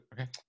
Okay